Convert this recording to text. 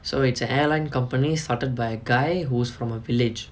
so it's an airline company started by a guy who's from a village